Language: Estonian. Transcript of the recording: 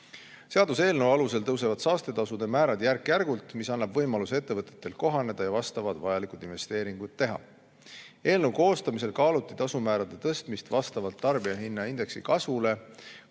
Seaduseelnõu alusel tõusevad saastetasude määrad järk-järgult. See annab ettevõtetele võimaluse kohaneda ja vajalikud investeeringud teha. Eelnõu koostamisel kaaluti tasumäärade tõstmist vastavalt tarbijahinnaindeksi kasvule,